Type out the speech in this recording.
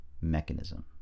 mechanism